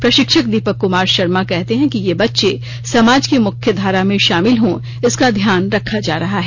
प्रशिक्षक दीपक कुमार शर्मा कहते हैं कि ये बच्चे समाज की मुख्यधारा में शामिल हों इसका ध्यान रखा जा रहा है